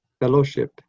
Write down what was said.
fellowship